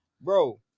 Bro